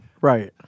right